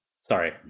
Sorry